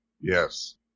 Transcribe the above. Yes